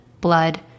blood